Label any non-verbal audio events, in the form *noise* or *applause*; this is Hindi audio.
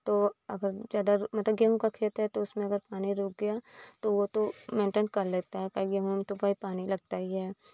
तो अगर ज्यादा मतलब गेहूँ का खेत है तो उसमें अलग पानी रुक गया तो वो तो मेंटेन कर लेता है *unintelligible* गेहूँ में तो पानी लगता ही है